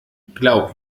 glaub